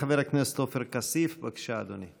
חבר הכנסת עופר כסיף, בבקשה, אדוני.